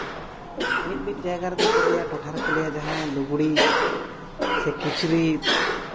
ᱢᱤᱫ ᱢᱤᱫ ᱡᱟᱭᱜᱟ ᱨᱮᱫᱚ ᱠᱚ ᱞᱟᱹᱭᱟ ᱴᱚᱴᱷᱟ ᱨᱮᱠᱚ ᱞᱟᱹᱭᱟ ᱡᱟᱦᱟᱸ ᱞᱩᱜᱽᱲᱤᱡ ᱥᱮ ᱠᱤᱪᱨᱤᱡ